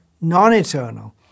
non-eternal